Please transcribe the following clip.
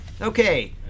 Okay